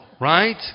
right